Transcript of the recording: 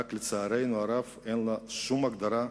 רק לצערנו הרב, אין לה שום הגדרה,